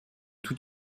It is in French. tout